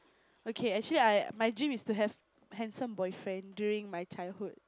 okay actually I my dream is to have handsome boyfriend during my childhood